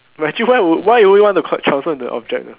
imagine why would why would you want to con~ transfer into an object ah